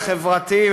החברתי,